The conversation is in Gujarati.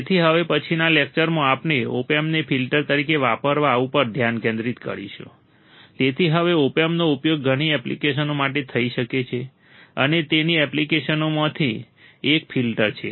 તેથી હવે પછીના લેક્ચરમાં આપણે ઓપએમ્પને ફિલ્ટર તરીકે વાપરવા ઉપર ધ્યાન કેન્દ્રિત કરીશું તેથી હવે ઓપએમ્પનો ઉપયોગ ઘણી એપ્લિકેશનો માટે થઈ શકે છે અને તેની એપ્લિકેશનમાંની એક ફિલ્ટર છે